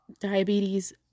diabetes